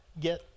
get